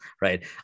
right